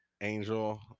angel